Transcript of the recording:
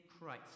Christ